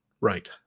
right